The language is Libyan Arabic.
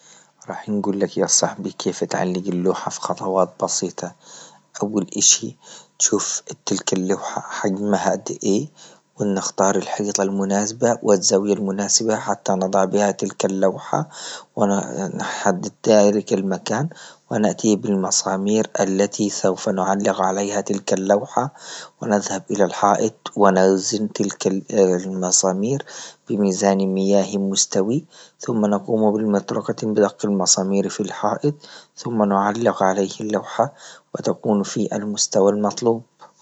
راح نقول لك يا صاحبي كيف تعلق اللوحة في خطوات بسيطة، أول إشي تشوف تلك اللوحة حقمها أدي إيه ونختار الحيطة المناسبة والزاوية المناسبة حتى نضع بها تلك اللوحة، ونحدد ذلك المكان ونأتي بالمسامير التي سوف نعلق عليها تلك اللوحة، ونذهب إلى الحائط ونلزم تلك المسامير بميزان مياه مستوي، ثم نقوم بالمطرقة بضغط المسامير في الحائط ثم نعلق عليه اللوحة وتكون في المستوى المطلوب.